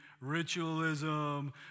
ritualism